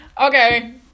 Okay